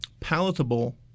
palatable